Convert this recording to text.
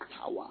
power